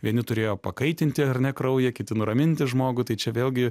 vieni turėjo pakaitinti ar ne kraują kiti nuraminti žmogų tai čia vėlgi